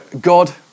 God